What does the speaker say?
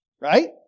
Right